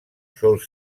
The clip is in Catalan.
sol